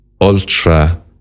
Ultra